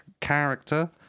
character